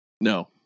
No